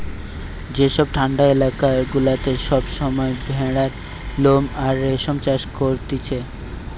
যেসব ঠান্ডা এলাকা গুলাতে সব সময় ভেড়ার লোম আর রেশম চাষ করতিছে